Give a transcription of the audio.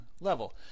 level